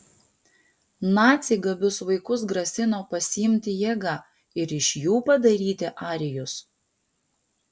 naciai gabius vaikus grasino pasiimti jėga ir iš jų padaryti arijus